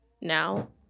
now